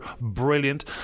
brilliant